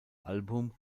album